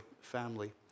family